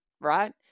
right